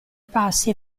passi